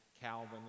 Calvin